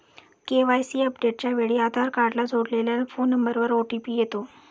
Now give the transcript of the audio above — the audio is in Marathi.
के.वाय.सी अपडेटच्या वेळी आधार कार्डला जोडलेल्या फोन नंबरवर ओ.टी.पी येतो